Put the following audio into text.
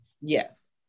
yes